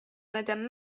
madame